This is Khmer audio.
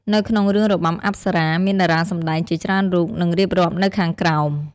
នៅក្នុងរឿងរបាំអប្សរា មានតារាសម្តែងជាច្រើនរូប នឹងរៀបរាប់នៅខាងក្រោម។